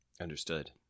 Understood